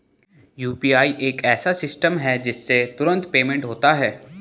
UPI एक ऐसा system है जिससे तुरंत पेमेंट होता है